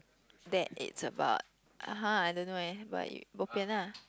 that it's about ah !huh! I don't know eh but it bopian lah